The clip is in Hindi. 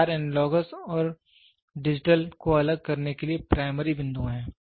ये चार एनालॉगस और डिजिटल को अलग करने के लिए प्राइमरी बिंदु हैं